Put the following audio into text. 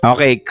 Okay